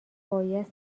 باید